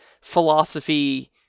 philosophy